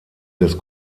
des